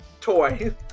toy